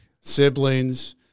siblings